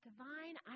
Divine